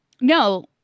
No